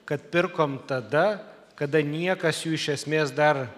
kad pirkom tada kada niekas jų iš esmės dar